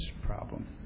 problem